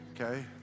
Okay